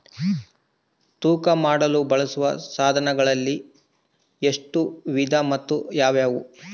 ತೂಕ ಮಾಡಲು ಬಳಸುವ ಸಾಧನಗಳಲ್ಲಿ ಎಷ್ಟು ವಿಧ ಮತ್ತು ಯಾವುವು?